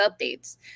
updates